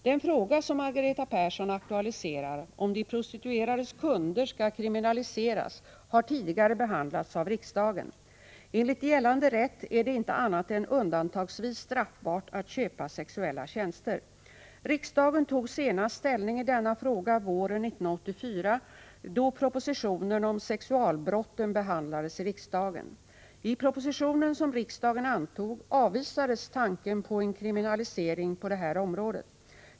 Den fråga som Margareta Persson aktualiserar — om de prostituerades kunder skall kriminaliseras — har tidigare behandlats av riksdagen. Enligt gällande rätt är det inte annat än undantagsvis straffbart att köpa sexuella tjänster. Riksdagen tog senast ställning i denna fråga våren 1984, då propositionen om sexualbrotten behandlades i riksdagen. I propositionen, som riksdagen antog, avvisades tanken på en kriminalisering på det här området.